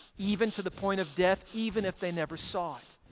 even to the point of death, even if they never saw it.